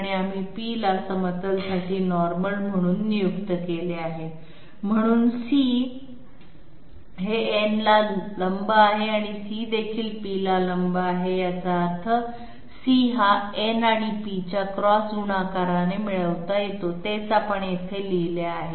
आणि आम्ही p ला समतलसाठी नॉर्मल म्हणून नियुक्त केले आहे म्हणून c हे n ला लंब आहे आणि c देखील p ला लंब आहे याचा अर्थ c हा n आणि p च्या क्रॉस गुणाकाराने मिळवता येतो आणि तेच आपण येथे लिहिले आहे